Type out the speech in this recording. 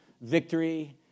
victory